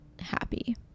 happy